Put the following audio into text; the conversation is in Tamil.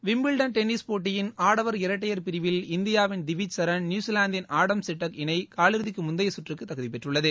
விம்பிள்டன் டென்னிஸ் போட்டியின் ஆடவர் இரட்டையர் பிரிவில் இந்தியாவின் திவிஜ் ஷரன் நியூசிலாந்தின் ஆர்டம் சிட்டக் இணை காலிறுதிக்கு முந்தைய கற்றுக்கு தகுதி பெற்றுள்ளது